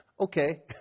Okay